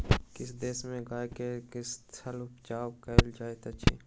किछ देश में गाय के ग्रंथिरसक उपचार कयल जाइत अछि